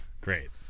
Great